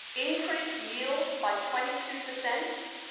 increased yields by twenty two percent,